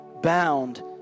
bound